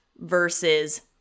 versus